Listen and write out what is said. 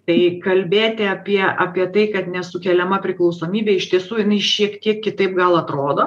tai kalbėti apie apie tai kad nesukeliama priklausomybė iš tiesų jinai šiek tiek kitaip gal atrodo